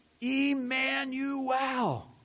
Emmanuel